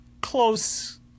close